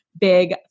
big